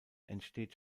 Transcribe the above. entsteht